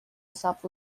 حساب